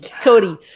cody